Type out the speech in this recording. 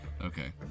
Okay